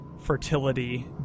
fertility